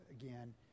again